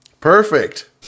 Perfect